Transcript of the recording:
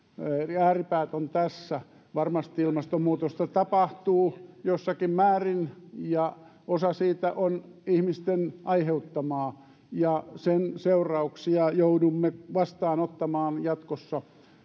eli ääripäät ovat tässä varmasti ilmastonmuutosta tapahtuu jossakin määrin ja osa siitä on ihmisten aiheuttamaa ja sen seurauksia joudumme vastaanottamaan jatkossa